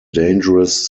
dangerous